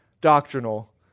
doctrinal